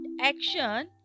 action